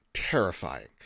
terrifying